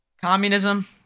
Communism